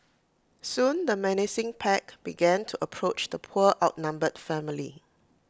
soon the menacing pack began to approach the poor outnumbered family